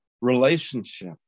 relationship